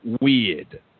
weird